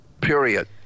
period